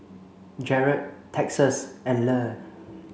Jarett Texas and Le